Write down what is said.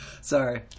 Sorry